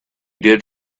did